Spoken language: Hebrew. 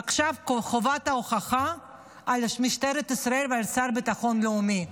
עכשיו כל חובת ההוכחה על משטרת ישראל ועל השר לביטחון לאומי.